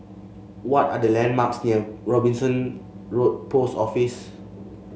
what are the landmarks near Robinson Road Post Office